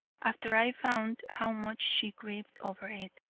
after i found how much she grieved over it.